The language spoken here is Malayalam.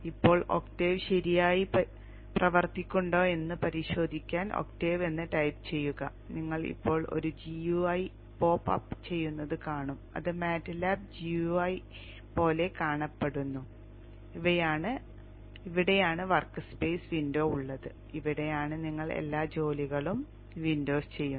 ഇപ്പോൾ ഒക്ടേവ് ശരിയായി പ്രവർത്തിക്കുന്നുണ്ടോ എന്ന് പരിശോധിക്കാൻ ഒക്ടേവ് എന്ന് ടൈപ്പ് ചെയ്യുക നിങ്ങൾ ഇപ്പോൾ ഒരു gui പോപ്പ് അപ്പ് ചെയ്യുന്നത് കാണും ഇത് MATLAB gui പോലെ കാണപ്പെടുന്നു ഇവിടെയാണ് വർക്ക് സ്പേസ് വിൻഡോ ഉള്ളത് ഇവിടെയാണ് നിങ്ങൾ എല്ലാ ജോലികളും വിൻഡോസ് ചെയ്യുന്നത്